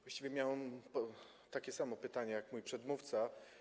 Właściwie miałem takie samo pytanie jak mój przedmówca.